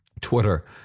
Twitter